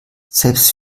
selbst